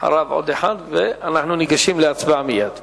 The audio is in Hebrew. אחריו עוד אחד, ואנחנו ניגשים מייד להצבעה.